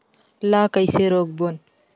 ला कइसे रोक बोन?